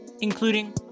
including